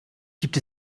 gibt